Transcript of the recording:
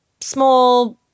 small